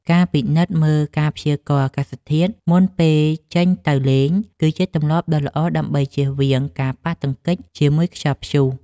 ការពិនិត្យមើលការព្យាករណ៍អាកាសធាតុមុនពេលចេញទៅលេង គឺជាទម្លាប់ដ៏ល្អដើម្បីជៀសវាងការប៉ះទង្គិចជាមួយខ្យល់ព្យុះ។